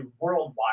worldwide